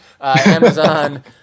Amazon